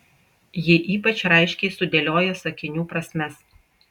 ji ypač raiškiai sudėlioja sakinių prasmes